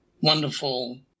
wonderful